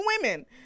women